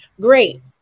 Great